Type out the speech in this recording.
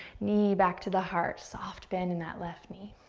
knee back to the heart. soft bend in that left knee.